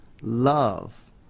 love